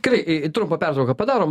gerai trumpą pertrauką padarom